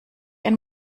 ein